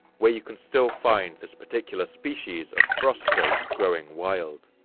where you can still find this particular species of frost grape growing wild.